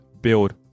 build